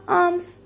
arms